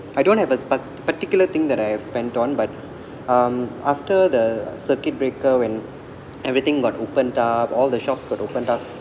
I don't have a pat~ particular thing that I have spent on but um after the circuit breaker when everything got opened up all the shops got opened up